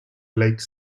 lake